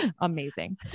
amazing